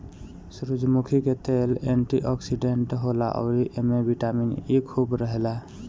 सूरजमुखी के तेल एंटी ओक्सिडेंट होला अउरी एमे बिटामिन इ खूब रहेला